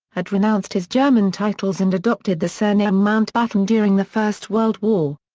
had renounced his german titles and adopted the surname mountbatten during the first world war.